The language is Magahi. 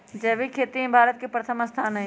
जैविक खेती में भारत के प्रथम स्थान हई